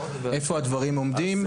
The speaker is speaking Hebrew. איפה הדברים עומדים בראי החקיקה?